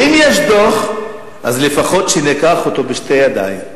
ואם יש דוח, אז לפחות שניקח אותו בשתי ידיים,